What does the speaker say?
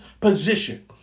position